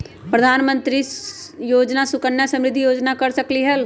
प्रधानमंत्री योजना सुकन्या समृद्धि योजना कर सकलीहल?